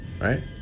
right